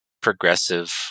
progressive